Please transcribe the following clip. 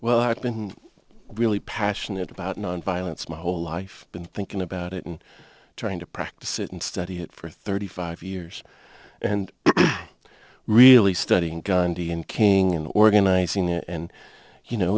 well i've been really passionate about nonviolence my whole life been thinking about it and trying to practice it and study it for thirty five years and really studying gandhi and king in organizing and you know